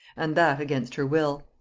and that against her will.